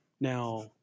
Now